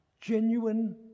Genuine